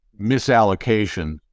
misallocation